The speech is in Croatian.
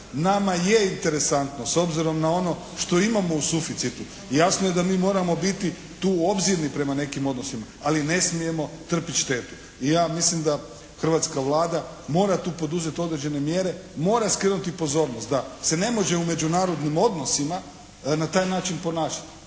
Nama je interesantno s obzirom na ono što imamo u suficitu. Jasno je da mi moramo biti tu obzirni prema nekim odnosima, ali ne smijemo trpit štetu i ja mislim da hrvatska Vlada mora tu poduzeti određene mjere, mora skrenuti pozornost da se ne može u međunarodnim odnosima na taj način ponašati.